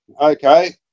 Okay